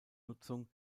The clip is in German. nutzung